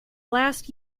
last